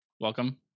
welcome